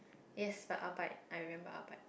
yes but a bit I remember a bit